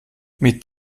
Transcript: mit